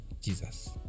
Jesus